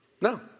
No